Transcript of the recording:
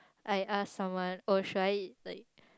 I ask someone oh should I like